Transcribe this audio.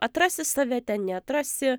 atrasi save ten neatrasi